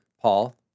Paul